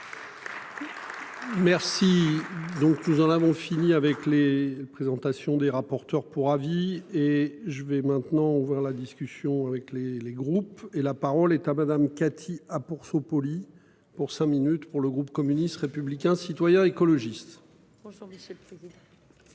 Merci. Donc nous en avons fini avec les présentations des rapporteurs pour avis et je vais maintenant ouvrir la discussion avec les les groupes et la parole est à madame Cathy ah pour polie pour cinq minutes pour le groupe communiste, républicain, citoyen et écologiste.